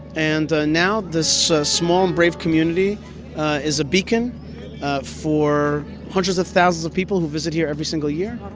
and ah now, this small and brave community is a beacon for hundreds of thousands of people who visit here every single year